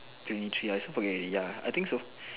twenty three I also forget already ya I think so